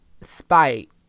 spite